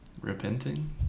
repenting